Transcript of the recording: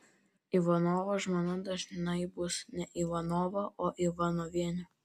ivanovo žmona dažnai bus ne ivanova o ivanovienė